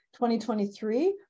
2023